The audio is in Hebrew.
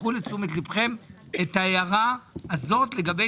קחו לתשומת לבכם את ההערה הזאת לגבי